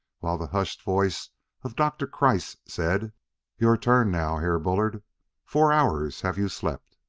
while the hushed voice of doctor kreiss said your turn now, herr bullard four hours have you slept.